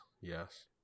Yes